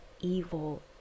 evil